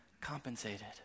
compensated